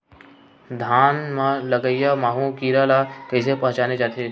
धान म लगईया माहु कीरा ल कइसे पहचाने जाथे?